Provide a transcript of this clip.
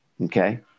Okay